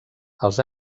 als